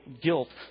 guilt